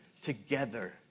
together